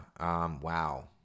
wow